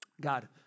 God